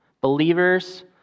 Believers